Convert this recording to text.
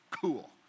cool